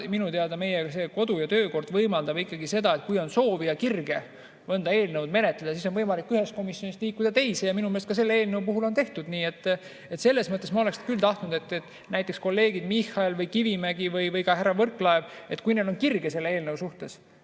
Minu teada meie kodu- ja töökord võimaldab seda, et kui on soovi ja kirge mõnda eelnõu menetleda, siis on võimalik ühest komisjonist liikuda teise. Ja minu meelest ka selle eelnõu puhul on seda tehtud. Selles mõttes ma oleksin tahtnud, et näiteks kolleegid Michal või Kivimägi või ka härra Võrklaev, kui neil on kirge selle eelnõu suhtes,